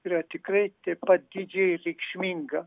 yra tikrai taip pat didžiai reikšminga